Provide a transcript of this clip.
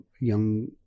young